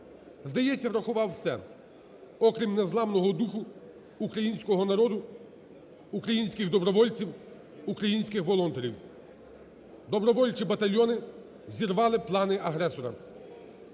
здається, врахував все, окрім незламного духу українського народу, українських добровольців, українських волонтерів. Добровольчі батальйони зірвали плани агресора.